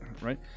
right